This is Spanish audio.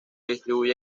distribuye